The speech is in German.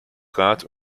rat